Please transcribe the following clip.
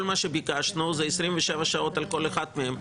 כל מה שביקשנו זה 27 שעות על כל אחד מהם.